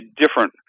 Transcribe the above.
different